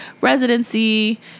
residency